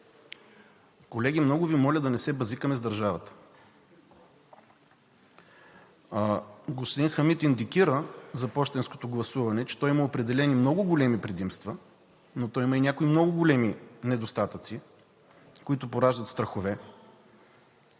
Колеги, много Ви моля да не се „бъзикаме“ с държавата. Господин Хамид индикира за пощенското гласуване, че то има определено много големи предимства, но то има и някои много големи недостатъци, които пораждат страхове.